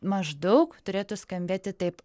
maždaug turėtų skambėti taip